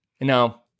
now